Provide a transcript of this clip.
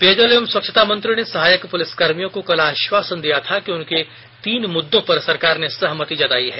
पेयजल एवं स्वच्छता मंत्री ने सहायक पुलिसकर्मियों को कल आश्वासन दिया था कि उनके तीन मुद्दों पर सरकार ने सहमति जतायी है